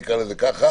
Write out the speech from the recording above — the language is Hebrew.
נקרא לזה ככה.